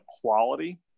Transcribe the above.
quality